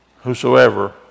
whosoever